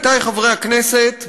עמיתי חברי הכנסת,